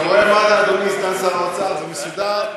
אתה רואה, אדוני סגן שר האוצר, זה מסודר,